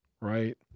right